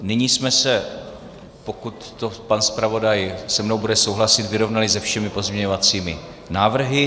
Nyní jsme se, pokud pan zpravodaj se mnou bude souhlasit, vyrovnali se všemi pozměňovacími návrhy.